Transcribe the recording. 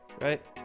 right